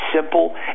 simple